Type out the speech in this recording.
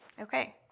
okay